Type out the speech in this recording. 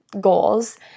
goals